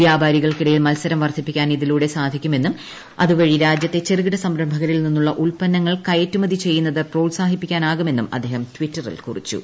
വ്യാപാരികൾക്കിടയിൽ മത്സരം വർദ്ധിപ്പിക്കാൻ ഇതിലൂടെ സാധിക്കുമെന്നും അതുവഴി രാജ്യത്തെ ചെറുകിട സംരംഭകരിൽ നിന്നുള്ള ഉത്പന്നങ്ങൾ കയറ്റുമതി ചെയ്യുന്നത് പ്രോത്സാഹിപ്പിക്കാ നാകുമെന്നും അദ്ദേഹം ടിറ്ററിൽ കുറിച്ചു